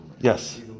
Yes